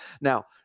Now